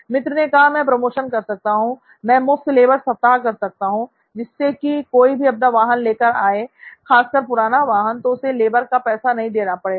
मित्र ने कहा मैं प्रमोशन कर सकता हूं मैं मुफ्त लेबर सप्ताह कर सकता हूं जिससे कि कोई भी अपना वाहन लेकर आए खासकर पुराना वाहन तो उसे लेबर का पैसा नहीं देना पड़ेगा